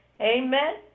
Amen